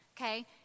okay